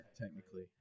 technically